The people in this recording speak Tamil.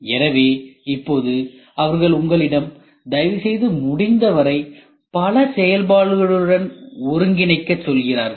எனவே இப்போது அவர்கள் உங்களிடம் தயவுசெய்து முடிந்தவரை பல செயல்பாடுகளுடன் ஒருங்கிணைக்க சொல்கிறார்கள்